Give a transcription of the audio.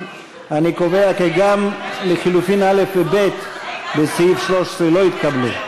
אני קובע כי גם לחלופין א' וב' לסעיף 13 לא התקבלו.